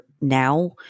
now